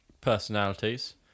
personalities